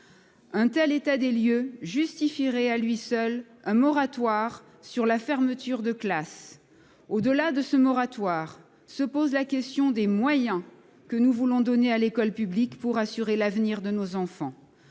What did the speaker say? Un tel état des lieux justifierait, à lui seul, un moratoire sur la fermeture de classes. Au-delà se pose la question des moyens que nous voulons donner à l'école publique pour assurer l'avenir de nos enfants.